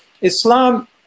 islam